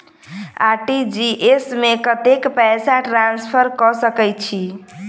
RTGS मे कतेक पैसा ट्रान्सफर कऽ सकैत छी?